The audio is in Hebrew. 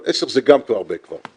אבל 10 זה גם הרבה כבר.